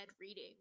reading